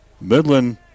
Midland